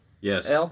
Yes